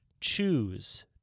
choose